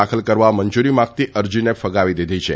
દાખલ કરવા મંજુરી માંગતી અરજીને ફગાવી દીધી છે